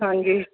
ਹਾਂਜੀ